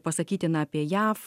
pasakytina apie jav